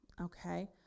okay